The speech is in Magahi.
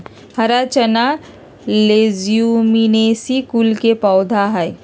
हरा चना लेज्युमिनेसी कुल के पौधा हई